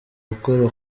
gukora